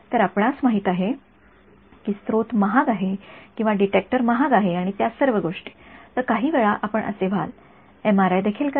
तर आपणास माहित आहे की स्त्रोत महाग आहे किंवा डिटेक्टर महाग आहे आणि त्या सर्व गोष्टी तर काही वेळा आपण असे व्हाल संदर्भ वेळ 0९४९ एमआरआय देखील कराल